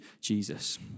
Jesus